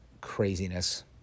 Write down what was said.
craziness